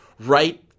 right